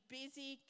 busy